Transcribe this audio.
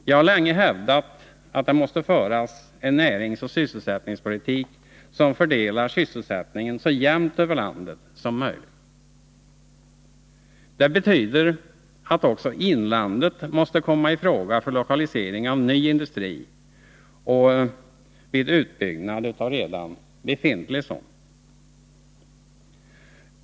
Jag har länge hävdat att det måste föras en näringsoch sysselsättningspolitik som fördelar sysselsättningen så jämnt som möjligt över landet. Det betyder att också inlandet måste komma i fråga för lokalisering av ny industri och vid utbyggnad av redan befintlig industri.